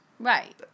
Right